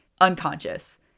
unconscious